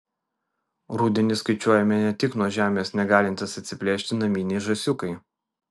rudenį skaičiuojami ne tik nuo žemės negalintys atsiplėšti naminiai žąsiukai